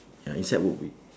ya inside would be